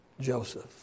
Joseph